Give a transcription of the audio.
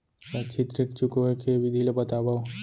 शैक्षिक ऋण चुकाए के विधि ला बतावव